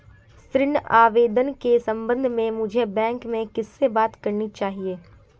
ऋण आवेदन के संबंध में मुझे बैंक में किससे बात करनी चाहिए?